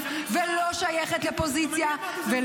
ולא שייכת לפוזיציה -- אבל זה מוצדק.